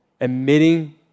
admitting